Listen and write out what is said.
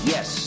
Yes